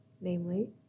namely